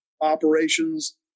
operations